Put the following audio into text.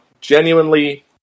genuinely